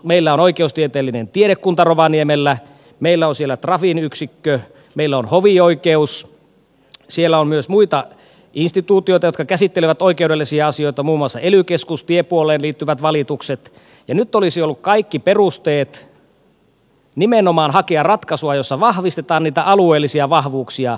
meillä on oikeustieteellinen tiedekunta rovaniemellä meillä on siellä trafin yksikkö meillä on hovioikeus siellä on myös muita instituutioita jotka käsittelevät oikeudellisia asioita muun muassa ely keskus tiepuoleen liittyvät valitukset ja nyt olisi ollut kaikki perusteet nimenomaan hakea ratkaisua jossa vahvistetaan niitä alueellisia vahvuuksia